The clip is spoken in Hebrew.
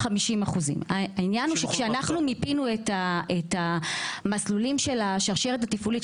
50%. העניין הוא כשאנחנו מיפינו את המסלולים של שרשת הטיפולית,